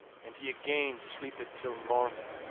and he again sleepit till morning.